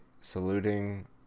saluting